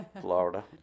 Florida